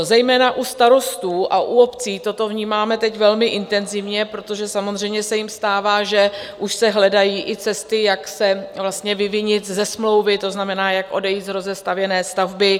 Zejména u starostů a u obcí toto vnímáme teď velmi intenzivně, protože samozřejmě se jim stává, že už se hledají i cesty, jak se vyvinit ze smlouvy, to znamená, jak odejít z rozestavěné stavby.